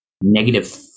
negative